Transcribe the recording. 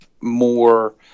more